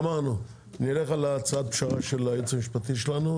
נלך על הצעת הפשרה של היועץ המשפטי שלנו,